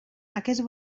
aquest